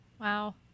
Wow